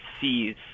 sees